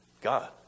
God